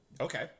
okay